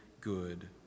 good